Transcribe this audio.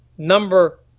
number